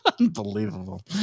Unbelievable